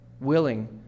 willing